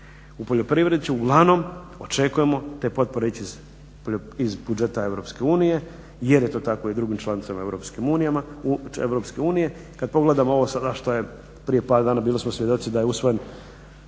U poljoprivredi će uglavnom očekujemo te potpore ići iz budžeta EU jer je to tako i u drugim članicama EU. Kad pogledamo ovo sada što je, prije par dana bili smo svjedoci da je usvojen